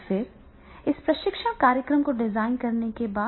और फिर इस प्रशिक्षण कार्यक्रम को डिजाइन करने के बाद